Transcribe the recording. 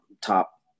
top